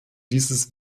dieses